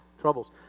troubles